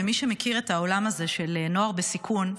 למי שמכיר את העולם הזה של נוער בסיכון,